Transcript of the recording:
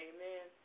Amen